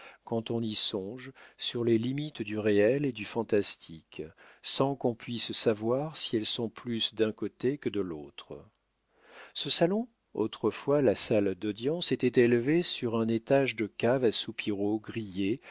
quand on y songe sur les limites du réel et du fantastique sans qu'on puisse savoir si elles sont plus d'un côté que de l'autre ce salon autrefois la salle d'audience était élevé sur un étage de caves à soupiraux grillés